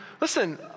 listen